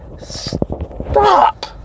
stop